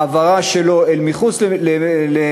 העברה שלו אל מחוץ למשרד,